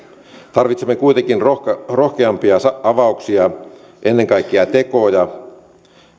tarvitsemme kuitenkin rohkeampia rohkeampia avauksia ennen kaikkea tekoja